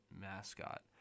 mascot